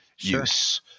use